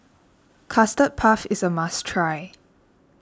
Custard Puff is a must try